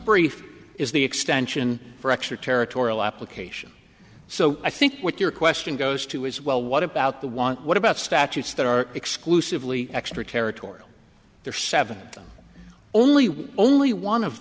brief is the extension for extra territorial application so i think what your question goes to is well what about the want what about statutes that are exclusively extraterritorial there are seven only with only one of